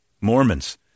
Mormons